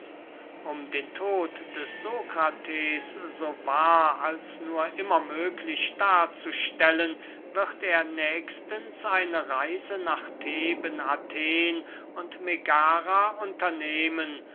um den tod des sokrates so wahr als nur immer möglich darzustellen wird er nächstens eine reise nach theben athen und megara unternehmen